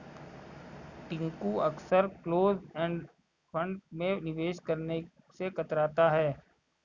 टिंकू अक्सर close end fund में निवेश करने से कतराता है